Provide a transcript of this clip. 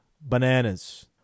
bananas